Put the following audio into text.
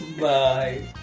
Bye